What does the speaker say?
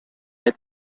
had